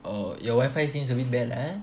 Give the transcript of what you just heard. oh your wifi seems abit bad lah eh